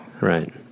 Right